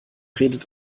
redet